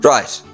Right